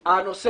אדוני,